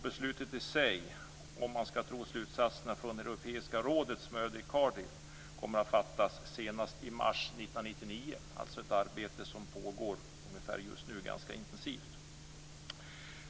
Beslutet i sig kommer, om man skall tro slutsatserna från Europeiska rådets möte i Cardiff, att fattas senast i mars 1999. Det är alltså ett arbete som pågår ganska intensivt just nu.